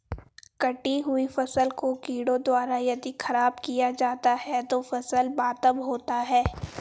कटी हुयी फसल को कीड़ों द्वारा यदि ख़राब किया जाता है तो फसल मातम होता है